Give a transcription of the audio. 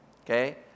okay